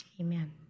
Amen